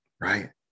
right